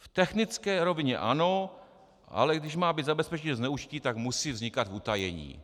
V technické rovině ano, ale když má být zabezpečení zneužití, tak musí vznikat v utajení.